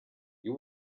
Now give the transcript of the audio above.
you